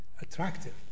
attractive